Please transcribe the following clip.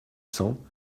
cents